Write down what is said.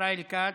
ישראל כץ,